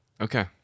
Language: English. Okay